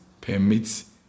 permits